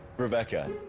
rebecca.